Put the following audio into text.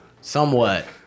somewhat